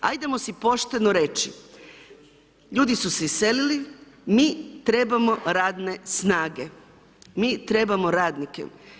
Ajdemo si pošteno reći, ljudi su se iselili, mi trebamo radne snage, mi trebamo radnike.